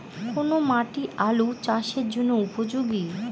কোন মাটি আলু চাষের জন্যে উপযোগী?